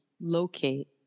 locate